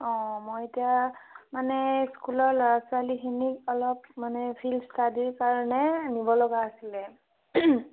অ মই এতিয়া মানে স্কুলৰ ল'ৰা ছোৱালীখিনিক অলপ মানে ফিল্ড ষ্টাডীৰ কাৰণে নিব লগা আছিলে